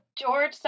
George